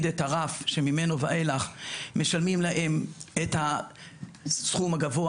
את הרף שממנו ואילך משלמים להם את הסכום הגבוה